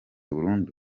burundu